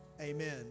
Amen